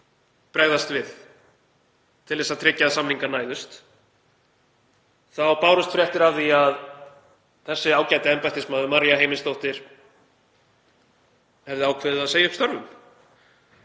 bregðast við til að tryggja að samningar næðust þá bárust fréttir af því að þessi ágæti embættismaður, María Heimisdóttir, hefði ákveðið að segja upp störfum.